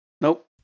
Nope